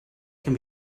can